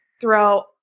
throughout